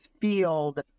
field